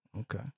Okay